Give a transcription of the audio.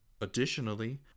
Additionally